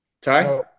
ty